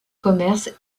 commerces